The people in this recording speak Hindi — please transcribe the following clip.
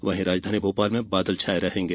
वहीं राजधानी भोपाल में बादल छाये रहेंगे